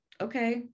Okay